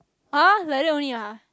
!huh! like that only ah